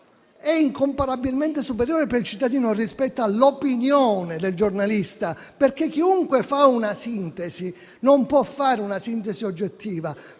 è incomparabilmente superiore per il cittadino rispetto all'opinione del giornalista, perché chiunque fa una sintesi non può fare una sintesi oggettiva,